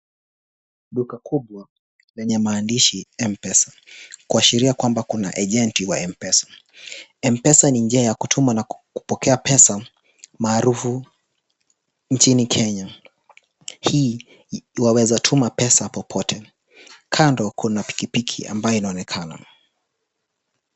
Duka kubwa lenye maandishi M-Pesa, kuashiria kuwa kuna agenti wa M-Pesa. M-Pesa ni njia ya kutuma na kupokea pesa maarufu nchini Kenya. Hi waweza tuma pesa popote. Kando kuna piki piki ambaye inaonekana.